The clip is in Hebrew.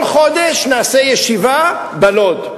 כל חודש נעשה ישיבה בלוד.